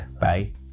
Bye